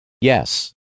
Yes